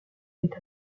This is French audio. est